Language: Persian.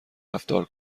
رفتار